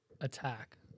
attack